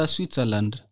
Switzerland